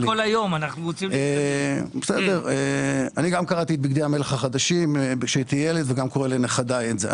גם אני קראתי את בגדי המלך החדשים וגם קורא לנכדיי את הספר הזה.